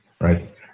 right